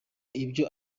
ibyo